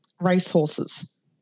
racehorses